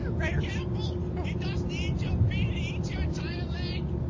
so crainer careful! he doesn't eat your feet! he eats your entire leg!